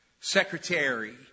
secretary